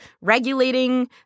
regulating